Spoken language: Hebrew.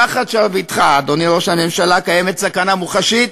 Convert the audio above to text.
תחת שרביטך, אדוני ראש הממשלה, קיימת סכנה מוחשית